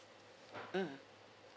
mm